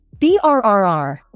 BRRR